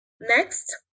Next